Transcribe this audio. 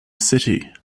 city